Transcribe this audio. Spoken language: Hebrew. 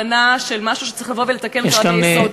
אין פה הבנה של משהו שצריך לתקן עד היסוד.